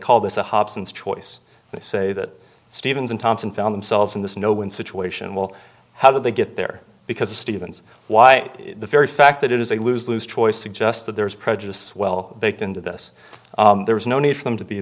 call this a hobson's choice they say that stevens and thompson found themselves in this no win situation well how did they get there because the stevens why the very fact that it is a lose lose choice suggests that there is prejudice well baked into this there is no need for them to be